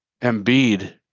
Embiid